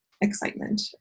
excitement